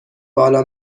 بالا